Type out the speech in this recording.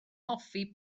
hoffi